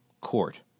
court